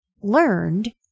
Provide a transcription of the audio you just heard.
learned